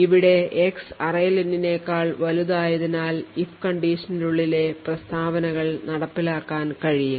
ഇവിടെ x array len നേക്കാൾ വലുതായതിനാൽ if condition നുള്ളിലെ പ്രസ്താവനകൾ നടപ്പിലാക്കാൻ കഴിയില്ല